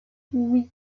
oui